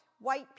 white